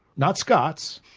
not scots,